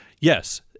yes